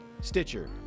Stitcher